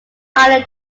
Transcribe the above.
island